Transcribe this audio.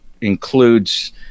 includes